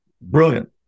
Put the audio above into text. Brilliant